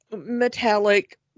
metallic